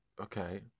okay